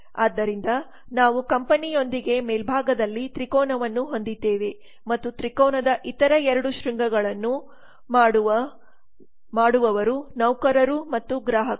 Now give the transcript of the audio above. ಆದ್ದರಿಂದ ನಾವು ಕಂಪನಿಯೊಂದಿಗೆ ಮೇಲ್ಭಾಗದಲ್ಲಿ ತ್ರಿಕೋನವನ್ನು ಹೊಂದಿದ್ದೇವೆ ಮತ್ತು ತ್ರಿಕೋನದ ಇತರ 2 ಶೃಂಗಗಳನ್ನು ಮಾಡುವ ನೌಕರರು ಮತ್ತು ಗ್ರಾಹಕರು